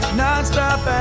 nonstop